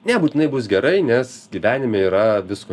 nebūtinai bus gerai nes gyvenime yra visko